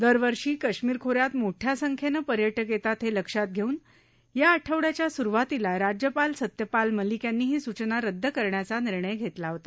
दरवर्षी कश्मीर खो यात मोठ्या संख्येनं पर्यटक येतात हे लक्षात घेऊन या आठवड्याच्या सुरुवातीला राज्यपाल सत्यपाल मलिक यांनी ही सूचना रद्द करण्याचा निर्णय घेतला होता